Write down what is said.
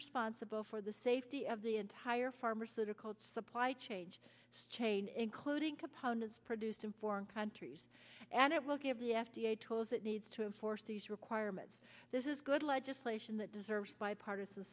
responsible for the safety of the entire pharmaceutical supply change chain including components produced in foreign countries and it will give the f d a tools it needs to enforce these requests this is good legislation that deserves bipartisan